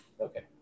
Okay